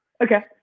okay